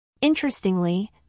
Interestingly